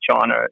China